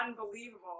unbelievable